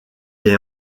est